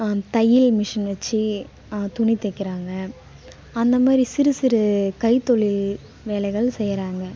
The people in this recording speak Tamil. தையல் மிஷின் வச்சு துணி தைக்கிறாங்க அந்தமாதிரி சிறுசிறு கைத்தொழில் வேலைகள் செய்கிறாங்க